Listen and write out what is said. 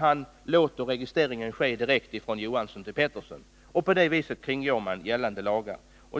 Han låter registreringen ske direkt från Johansson till Pettersson. På det viset kringgår man gällande lagar.